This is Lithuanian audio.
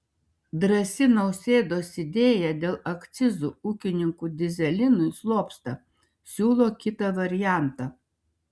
drąsi nausėdos idėja dėl akcizų ūkininkų dyzelinui slopsta siūlo kitą variantą